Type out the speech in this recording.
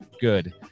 good